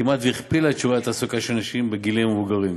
כמעט הכפילה את שיעורי התעסוקה של נשים בגילים מבוגרים.